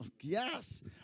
Yes